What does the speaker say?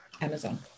Amazon